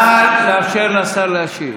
בנט, נא לאפשר לשר להשיב.